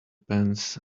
pence